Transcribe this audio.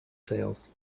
sails